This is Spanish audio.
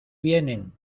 vienen